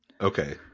Okay